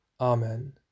Amen